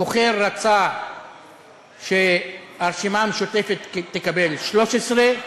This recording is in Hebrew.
הבוחר רצה שהרשימה המשותפת תקבל 13,